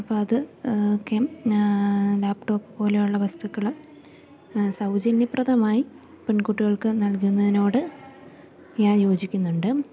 അപ്പം അത് ഒക്കെ ലാപ്ടോപ്പ് പോലെയുള്ള വസ്തുക്കള് സൗജന്യപ്രദമായി പെൺകുട്ടികൾക്ക് നൽകുന്നതിനോട് ഞാൻ യോജിക്കുന്നുണ്ട്